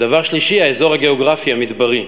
ודבר שלישי, האזור הגיאוגרפי המדברי.